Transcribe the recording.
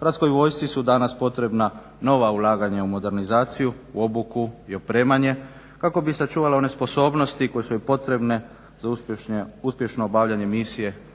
Hrvatskoj vojsci su danas potrebna nova ulaganja u modernizaciju obuku i opremanje kako bi sačuvale one sposobnosti koje su joj potrebne za uspješno obavljanje misije i